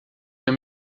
für